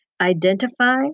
identify